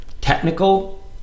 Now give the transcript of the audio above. technical